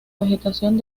vegetación